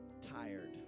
tired